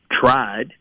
tried